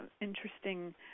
interesting